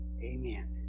Amen